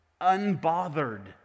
unbothered